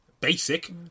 basic